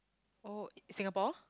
oh Singapore